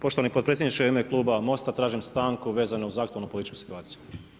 Poštovani potpredsjedniče u ime kluba Most-a tražim stanku vezano uz aktualnu političku situaciju.